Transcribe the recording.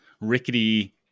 rickety